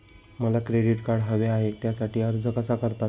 मला credit card हवे आहे त्यासाठी अर्ज कसा करतात?